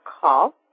call